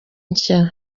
nshya